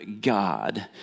God